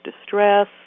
distress